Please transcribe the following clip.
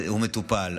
הוא מטופל.